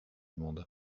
monde